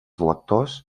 lectors